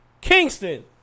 Kingston